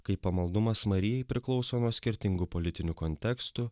kaip pamaldumas marijai priklauso nuo skirtingų politinių kontekstų